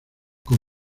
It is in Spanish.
con